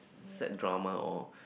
sad drama oh